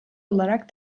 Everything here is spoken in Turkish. olarak